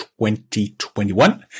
2021